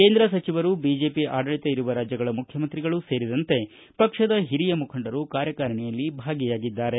ಕೇಂದ್ರ ಸಚಿವರು ಬಿಜೆಪಿ ಆಡಳಿತ ಇರುವ ರಾಜ್ಯಗಳ ಮುಖ್ಯಮಂತ್ರಿಗಳು ಸೇರಿದಂತೆ ಪಕ್ಷದ ಹಿರಿಯ ಮುಖಂಡರು ಕಾರ್ಯಕಾರಣೆಯಲ್ಲಿ ಭಾಗಿಯಾಗಿದ್ದಾರೆ